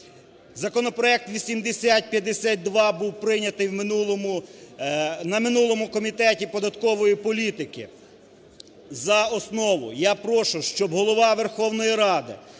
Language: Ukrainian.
Законопроект 8052 був прийнятий на минулому комітеті податкової політики за основу. Я прошу, щоб Голова Верховної Ради